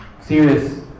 serious